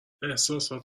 احساسات